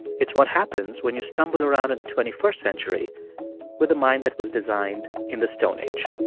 it's what happens when you stumble around in the twenty first century with a mind that was designed in the stone age